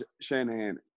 Shanahan